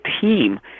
team